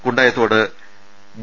Kundayithode B